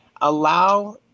allow